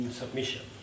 submission